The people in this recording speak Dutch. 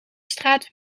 straat